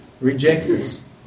rejectors